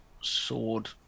Sword